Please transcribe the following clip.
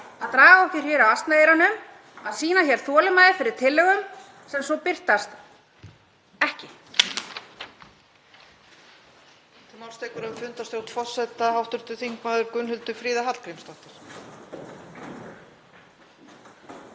að draga okkur hér á asnaeyrunum, að sýna þolinmæði fyrir tillögum sem svo birtast ekki.